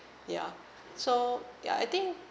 ya so ya I think